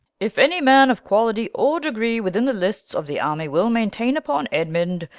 if any man of quality or degree within the lists of the army will maintain upon edmund,